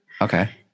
Okay